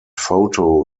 photo